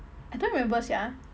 I don't remember sia